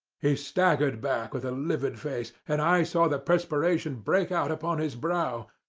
he staggered back with a livid face, and i saw the perspiration break out upon his brow,